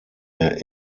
der